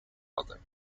other